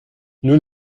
nous